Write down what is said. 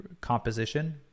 composition